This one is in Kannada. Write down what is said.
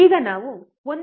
ಈಗ ನಾವು 1